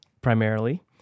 primarily